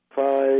five